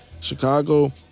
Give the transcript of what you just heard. Chicago